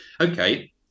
Okay